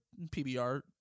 PBR